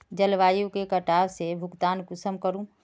जलवायु के कटाव से भुगतान कुंसम करूम?